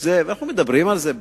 ואנחנו מדברים על זה בנחת,